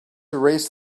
erased